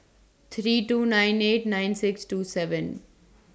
three two nine eight nine six two seven